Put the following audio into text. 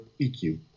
EQ